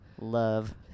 Love